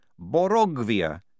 Borogvia